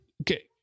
okay